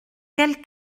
quel